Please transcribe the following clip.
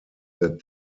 that